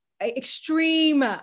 extreme